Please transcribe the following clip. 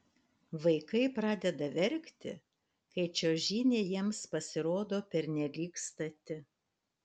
vaikai pradeda verkti kai čiuožynė jiems pasirodo pernelyg stati